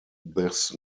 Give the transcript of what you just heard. this